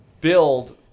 build